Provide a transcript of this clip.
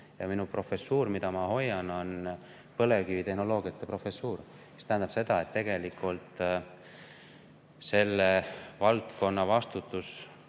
Minu professuur, mida ma hoian, on põlevkivitehnoloogia professuur. See tähendab seda, et tegelikult selle valdkonna vastutus